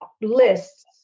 lists